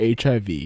HIV